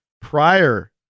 prior